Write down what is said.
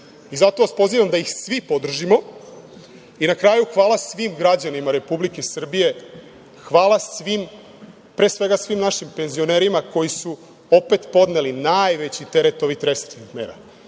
i zato vas pozivam da ih svi podržimo. Na kraju, hvala svim građanima Republike Srbije. Hvala pre svega svim našim penzionerima koji su opet podneli najveći teret ovih restriktivnih mera.